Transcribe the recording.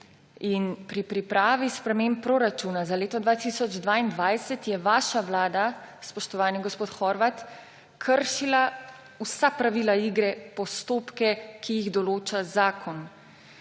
Pri pripravi sprememb proračuna za leto 2022 je vaša vlada, spoštovani gospod Horvat, kršila vsa pravila igre, postopke, ki jih določa zakon.